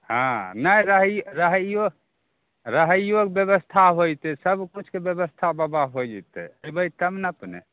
हँ नहि रहै रहैयो रहैयोके व्यवस्था होयतै सब किछुके व्यवस्था बाबा होइ जेतै अयबै तब ने अपने